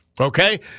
Okay